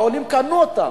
העולים קנו אותן.